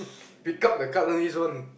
pick up the card only this one